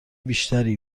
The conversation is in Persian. بیشتری